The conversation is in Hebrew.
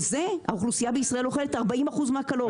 וזה האוכלוסייה בישראל אוכלת 40 אחוז מהקלוריות שלה.